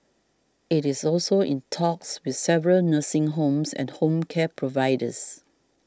it is also in talks with several nursing homes and home care providers